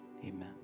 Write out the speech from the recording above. amen